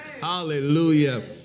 Hallelujah